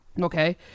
Okay